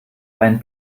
ein